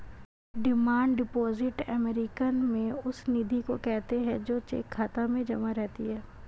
demand deposit American में उस निधि को कहते हैं जो चेक खाता में जमा रहती है